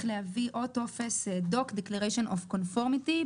להביא טופס doc - Declaration of Conformity,